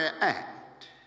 act